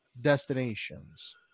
Destinations